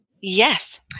yes